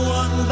one